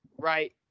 Right